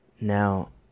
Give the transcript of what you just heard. Now